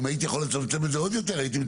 הייתי מצמצם את זה עוד יותר.